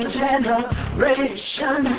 generation